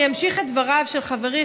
אני אמשיך את דבריו של חברי,